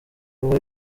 bwo